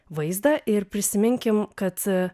vaizdą ir prisiminkim kad